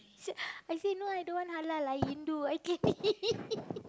he say I say no lah I don't want halal lah I Hindu I can